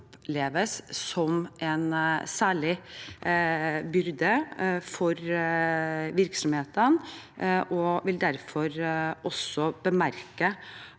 oppleves som en særlig byrde for virksomhetene. Jeg vil derfor også bemerke